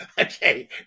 okay